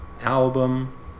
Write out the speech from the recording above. album